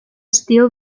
still